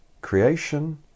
Creation